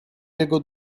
jego